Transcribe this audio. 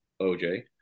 OJ